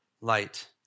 Light